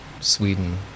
Sweden